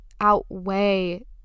outweigh